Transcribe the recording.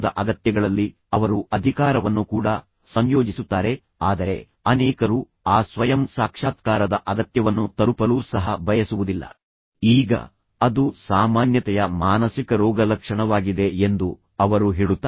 ತದನಂತರ ಅವರು ಒಬ್ಬರಿಗೊಬ್ಬರು ನಿಜವಾಗಿಯೂ ಕ್ಷಮೆಯಾಚಿಸುವಂತೆ ಮಾಡಿ ಮತ್ತು ನಂತರ ಅವರು ಕ್ಷಮೆಯಾಚಿಸುತ್ತಾರೆಯೇ ಅಥವಾ ಅವರು ಒಬ್ಬರನ್ನೊಬ್ಬರು ತಬ್ಬಿಕೊಳ್ಳುತ್ತಾರೆಯೇ ಆದ್ದರಿಂದ ಅದು ಒಂದು ರೀತಿಯ ಗೆಲುವು ಗೆಲುವಿನ ಪರಿಸ್ಥಿತಿಯಲ್ಲಿ ಕೊನೆಗೊಳ್ಳುತ್ತದೆ